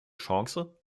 chance